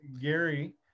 Gary